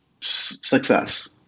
success